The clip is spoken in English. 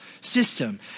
system